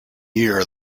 year